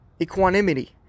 equanimity